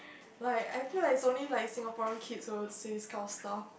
like I feel like it's only like Singaporean kids will say this kind of stuff